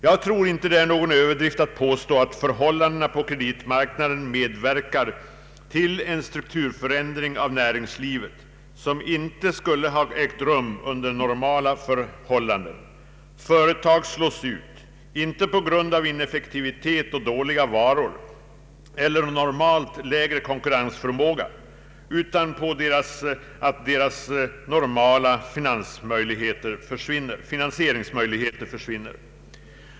Jag tror inte att det är någon öÖverdrift att påstå att förhållandena på kreditmarknaden medverkar till en strukturförändring av näringslivet som inte skulle ha ägt rum under normala förhållanden. Företag slås ut inte på grund av ineffektivitet och dåliga varor eller lägre konkurrensförmåga utan på grund av att deras normala finansieringsmöjligheter försvinner.